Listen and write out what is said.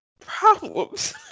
Problems